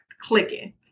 clicking